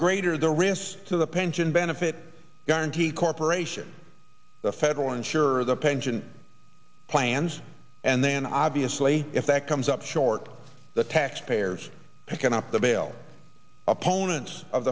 greater the risk to the pension benefit guaranty corporation the federal insurer the pension plans and then obviously if that comes up short the tax payers picking up the bail opponents of